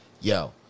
yo